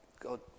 God